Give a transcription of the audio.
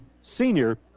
senior